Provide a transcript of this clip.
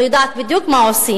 אני לא יודעת מה בדיוק עושים,